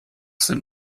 sind